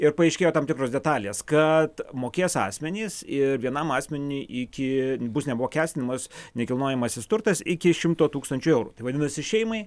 ir paaiškėjo tam tikros detalės kad mokės asmenys ir vienam asmeniui iki bus neapmokestinamas nekilnojamasis turtas iki šimto tūkstančių eurų tai vadinasi šeimai